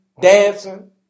dancing